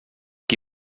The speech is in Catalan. qui